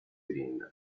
green